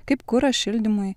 kaip kurą šildymui